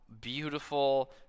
beautiful